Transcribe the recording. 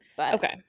Okay